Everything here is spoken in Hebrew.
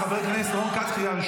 טלי, מה קרה?